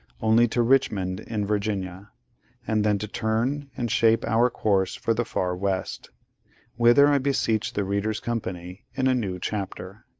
only to richmond in virginia and then to turn, and shape our course for the far west whither i beseech the reader's company, in a new chapter.